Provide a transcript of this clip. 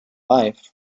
life